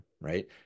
Right